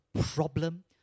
problem